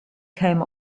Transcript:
came